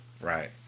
Right